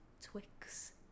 Twix